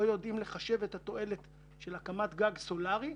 יודעים לחשב את התועלת של הקמת גג סולארי,